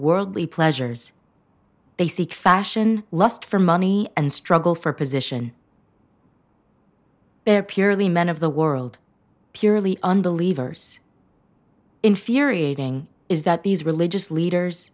worldly pleasures they seek fashion lust for money and struggle for position purely men of the world purely unbelievers infuriating is that these religious leaders